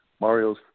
Mario's